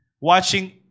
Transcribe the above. watching